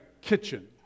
kitchen